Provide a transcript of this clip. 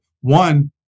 One